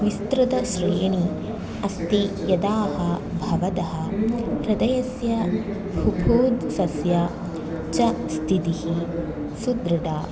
विस्तृतश्रेणी अस्ति यदाह भवतः हृदयस्य हुकूद् सस्य च स्थितिः सुदृढा